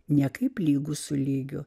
ne kaip lygus su lygiu